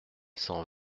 cent